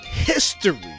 history